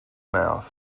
mouth